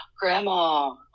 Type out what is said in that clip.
Grandma